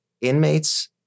inmates